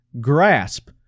GRASP